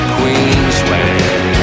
Queensland